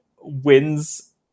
wins